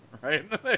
Right